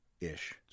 Ish